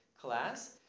class